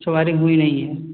अच्छा वायरिंग हुई नहीं है